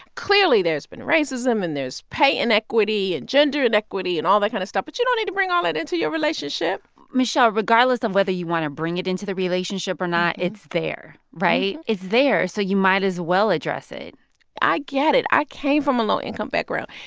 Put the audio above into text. clearly there's been racism and there's pay inequity and gender inequity and all that kind of stuff, but you don't need to bring all that into your relationship michelle, regardless of whether you want to bring it into the relationship or not, it's there, right? it's there. so you might as well address it i get it. i came from a low-income background.